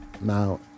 Now